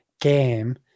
game